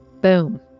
Boom